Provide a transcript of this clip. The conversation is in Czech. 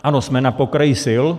Ano, jsme na pokraji sil.